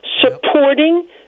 supporting